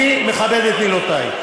אני מכבד את מילותי.